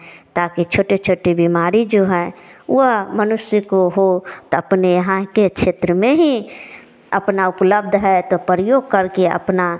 ताकि छोटे छोटे बीमारी जो है वह मनुष्य को हो तो अपने यहाँ के क्षेत्र में ही अपना उपलब्ध है तो प्रयोग करके अपना